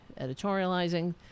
editorializing